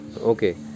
okay